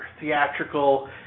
theatrical